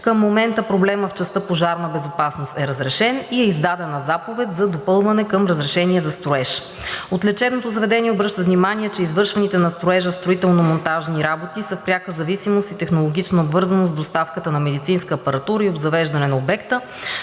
Към момента проблемът в частта „Пожарна безопасност“ е разрешен и е издадена заповед за допълване към разрешението за строеж. От лечебното заведение обръщат внимание, че извършваните на строежа строително-монтажни работи са в пряка зависимост и технологична обвързаност с доставката на медицинска апаратура и обзавеждане на обекта.